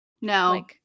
No